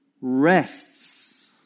rests